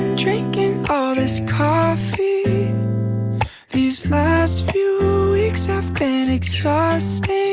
drinking all this coffee these last few weeks have been exhausting